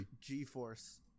G-Force